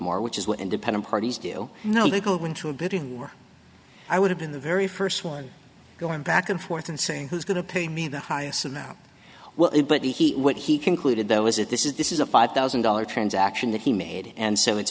more which is what independent parties do you know they go into a bidding war i would have been the very first one going back and forth and saying who's going to pay me the highest amount well it but he what he concluded though is that this is this is a five thousand dollar transaction that he made and so it's